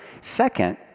Second